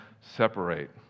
separate